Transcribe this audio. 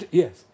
yes